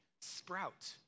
sprout